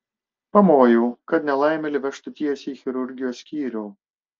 pamojau kad nelaimėlį vežtų tiesiai į chirurgijos skyrių